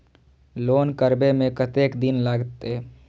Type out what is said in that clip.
Loan करबे में कतेक दिन लागते?